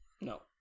No